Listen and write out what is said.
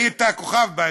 היית כוכב בהצגה.